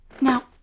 Now